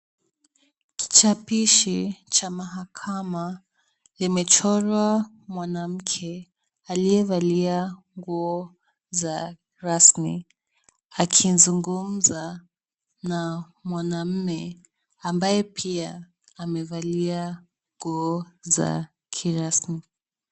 Kichapishi cha mahakama limechorwa mwanamke aliyevalia nguo za rasmi, akizungumza na mwanamme ambaye pia amevalia nguo za kirasmi.